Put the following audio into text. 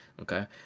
Okay